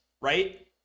right